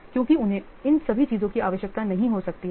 क्योंकि उन्हें इन सभी चीजों की आवश्यकता नहीं हो सकती है